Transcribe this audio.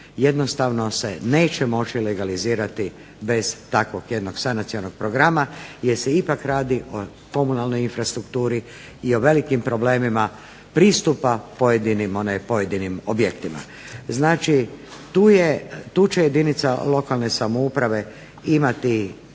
jednostavno se neće moći legalizirati bez takvog jednog sanacionog programa jer se ipak radi o komunalnoj infrastrukturi i o velikim problemima pristupa pojedinim objektima. Znači, tu će jedinica lokalne samouprave imati